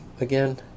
again